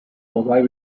why